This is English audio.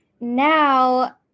now